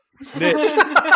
snitch